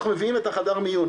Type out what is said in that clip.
אנחנו מביאים את החדר מיון.